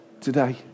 today